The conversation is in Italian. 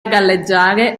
galleggiare